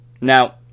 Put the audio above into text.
Now